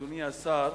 אדוני השר,